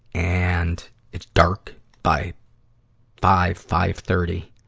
and it's dark by five, five thirty.